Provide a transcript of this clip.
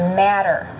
matter